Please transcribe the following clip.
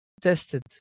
tested